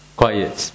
quiet